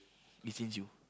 it change you